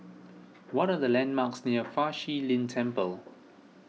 what are the landmarks near Fa Shi Lin Temple